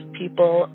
people